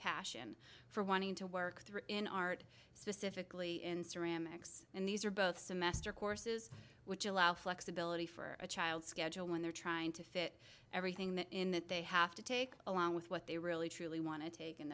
passion for wanting to work there in art specifically in ceramics and these are both semester courses which allow flexibility for a child schedule when they're trying to fit everything in that they have to take along with what they really truly want to take and